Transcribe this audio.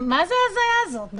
מה ההזיה הזאת?